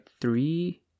three